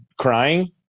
crying